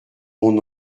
mon